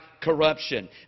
corruption